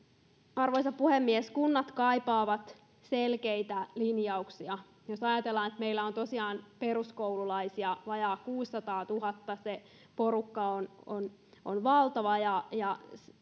arvoisa puhemies kunnat kaipaavat selkeitä linjauksia jos ajatellaan että meillä on tosiaan peruskoululaisia vajaa kuusisataatuhatta se porukka on on valtava ja ja